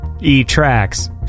E-Tracks